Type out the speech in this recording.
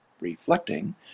reflecting